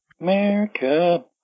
America